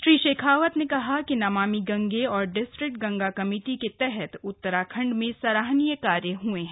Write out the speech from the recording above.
श्री शेखावत ने कहा कि नमामि गंगे और डिस्ट्रिक गंगा कमेटी के तहत उत्तराखंड में सराहनीय कार्य हए हैं